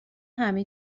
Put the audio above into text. همه